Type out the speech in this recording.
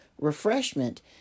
refreshment